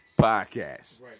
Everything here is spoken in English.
Podcast